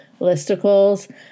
listicles